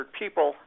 people